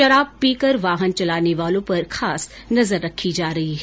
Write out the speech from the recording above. शराब पीकर वाहन चलाने वालों पर खास नजर रखी जा रही है